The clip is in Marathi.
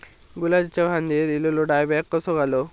गुलाबाच्या फांदिर एलेलो डायबॅक कसो घालवं?